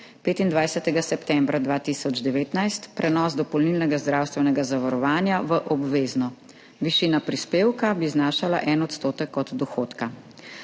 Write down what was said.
25. septembra 2019, prenos dopolnilnega zdravstvenega zavarovanja v obvezno. Višina prispevka bi znašala 1 % od dohodka.